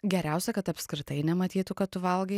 geriausia kad apskritai nematytų ką tu valgai